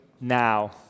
now